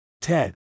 Ted